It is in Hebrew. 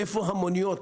איפה המוניות?